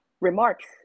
remarks